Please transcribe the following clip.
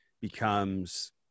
becomes